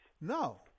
No